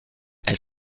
elle